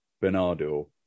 Bernardo